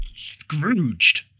Scrooged